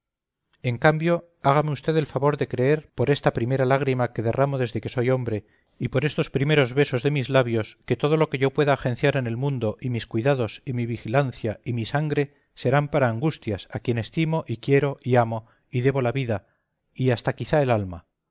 en cambio hágame usted el favor de creer por esta primera lágrima que derramo desde que soy hombre y por estos primeros besos de mis labios que todo lo que yo pueda agenciar en el mundo y mis cuidados y mi vigilancia y mi sangre serán para angustias a quien estimo y quiero y amo y debo la vida y hasta quizá el alma